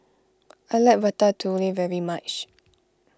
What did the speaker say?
I like Ratatouille very much